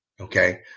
okay